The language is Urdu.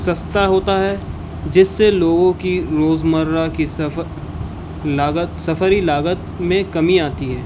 سستا ہوتا ہے جس سے لوگوں کی روزمرہ کی سفر لاگت سفری لاگت میں کمی آتی ہے